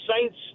Saints